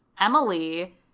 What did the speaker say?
emily